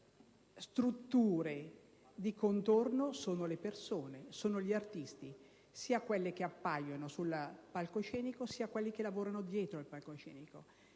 strutture di contorno, sono le persone, sono gli artisti - sia quelli che appaiono sul palcoscenico sia quelli che vi lavorano dietro - i protagonisti.